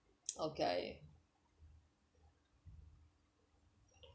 okay